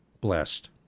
blessed